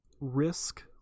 Risk